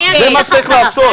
זה מה שצריך לעשות.